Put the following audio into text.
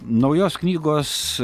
naujos knygos